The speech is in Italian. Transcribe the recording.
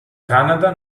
canada